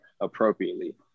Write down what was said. appropriately